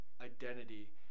identity